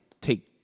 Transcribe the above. take